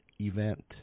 event